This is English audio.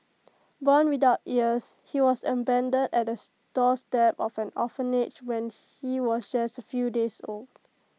born without ears he was abandoned at the doorstep of an orphanage when he was just A few days old